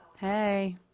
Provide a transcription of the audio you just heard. Hey